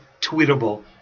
tweetable